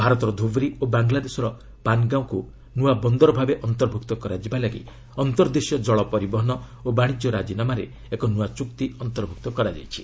ଭାରତର ଧୁବ୍ରି ଓ ବାଙ୍ଗ୍ଲାଦେଶର ପାନ୍ଗାଓଁକୁ ନୂଆ ବନ୍ଦର ଭାବେ ଅନ୍ତର୍ଭୁକ୍ତ କରାଯିବାପାଇଁ ଅନ୍ତର୍ଦେଶୀୟ ଜଳ ପରିବହନ ଓ ବାଣିଜ୍ୟ ରାଜିନାମାରେ ଏକ ନୂଆ ଚୁକ୍ତି ଅନ୍ତର୍ଭୁକ୍ତ କରାଯାଇଛି